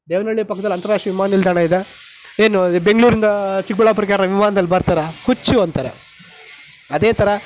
ದೇವನಳ್ಳಿ ಪಕ್ಕದಲ್ಲಿ ಅಂತರಾಷ್ಟ್ರೀಯ ವಿಮಾನ ನಿಲ್ದಾಣ ಇದೆ ಏನು ಬೆಂಗಳೂರಿಂದ ಚಿಕ್ಕಬಳ್ಳಾಪುರಕ್ಕೆ ಯಾರಾದ್ರೂ ವಿಮಾನದಲ್ಲಿ ಬರ್ತಾರಾ ಹುಚ್ಚು ಅಂತಾರೆ ಅದೇ ಥರ